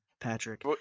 Patrick